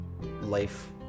life